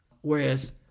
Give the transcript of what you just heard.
Whereas